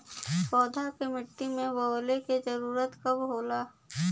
पौधा के मिट्टी में बोवले क कब जरूरत होला